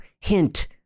Hint